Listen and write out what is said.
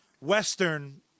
Western